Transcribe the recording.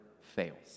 fails